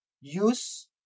use